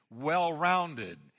well-rounded